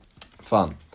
Fun